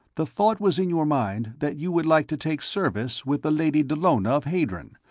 the thought was in your mind that you would like to take service with the lady dallona of hadron,